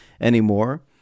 anymore